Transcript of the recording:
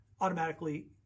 automatically